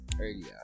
earlier